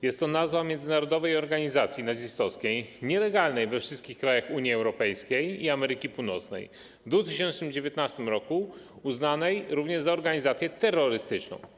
Jest to nazwa międzynarodowej organizacji nazistowskiej nielegalnej we wszystkich krajach Unii Europejskiej i Ameryki Północnej, w 2019 r. uznanej również za organizację terrorystyczną.